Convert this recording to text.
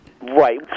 Right